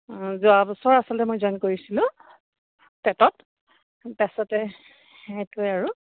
যোৱাবছৰ আচলতে মই জইন কৰিছিলোঁ টেটত তাৰপিছতে সেইটোৱে আৰু